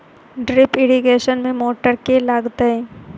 Drip irrigation मे motor केँ लागतै?